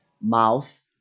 mouth